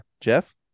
Jeff